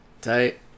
Tight